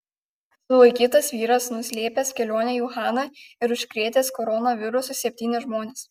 sulaikytas vyras nuslėpęs kelionę į uhaną ir užkrėtęs koronavirusu septynis žmones